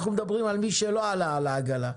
פה אנחנו מדברים על מי שלא עלה על העגלה.